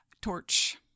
Torch